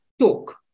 talk